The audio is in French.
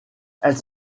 elle